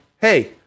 hey